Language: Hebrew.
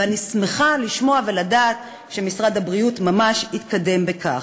ואני שמחה לשמוע ולדעת שמשרד הבריאות ממש התקדם בכך.